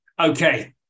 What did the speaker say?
Okay